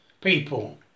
people